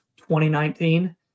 2019